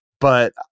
But-